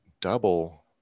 double